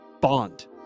bond